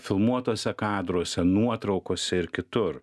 filmuotuose kadruose nuotraukose ir kitur